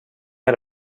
had